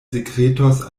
sekretos